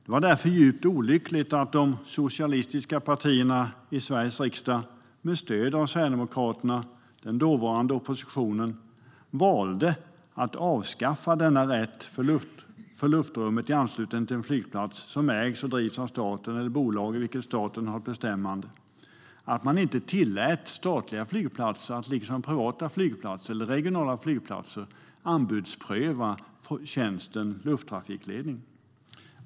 Det var därför djupt olyckligt att de socialistiska partierna med stöd av Sverigedemokraterna, den dåvarande oppositionen, valde att avskaffa denna rätt för luftrummet i anslutning till en flygplats som ägs eller drivs av staten eller bolag i vilka staten har ett bestämmande. Varför tillät man inte statliga flygplatser att, som privata eller regionala flygplatser, anbudspröva tjänsten lufttrafikledning?